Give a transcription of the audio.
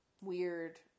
weird